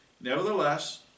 Nevertheless